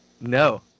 no